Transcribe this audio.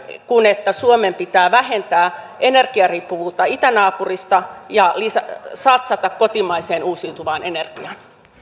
kuin sitä että suomen pitää vähentää energiariippuvuutta itänaapurista ja satsata kotimaiseen uusiutuvaan energiaan